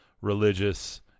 religious